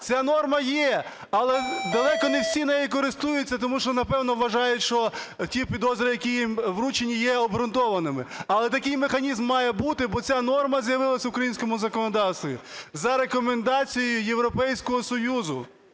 Ця норма є, але далеко не всі нею користуються, тому що, напевно, вважають, що ті підозри, які їм вручені, є обґрунтованими. Але такий механізм має бути, бо ця норма з'явилася в українському законодавстві за рекомендацією Європейського Союзу.